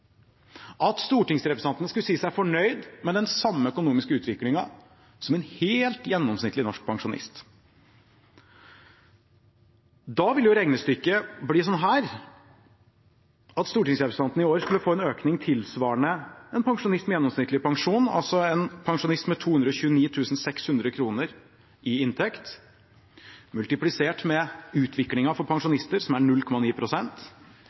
at stortingsrepresentantene skulle si seg fornøyd med den samme økonomiske utviklingen som en helt gjennomsnittlig norsk pensjonist. Da ville regnestykket blitt sånn at stortingsrepresentantene i år skulle få en økning tilsvarende den en pensjonist med gjennomsnittlig pensjon får: en pensjonists 229 600 kr i inntekt multiplisert med utviklingen for pensjonister, som er